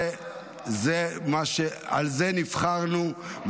על זה נבחרנו,